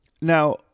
Now